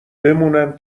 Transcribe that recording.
بمونم